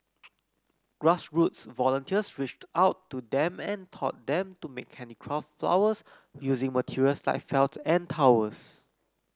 grassroots volunteers reached out to them and taught them to make handicraft flowers using materials like felt and towels